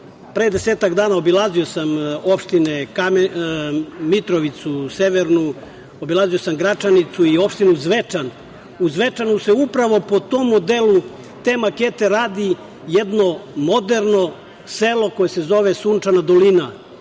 KiM.Pre desetak dana obilazio sam opštine Mitrovicu Severnu, obilazio sam Gračanicu i opštinu Zvečan. U Zvečanu se upravo po tom modelu te makete radi jedno moderno selo koje se zove „Sunčana dolina“